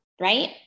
right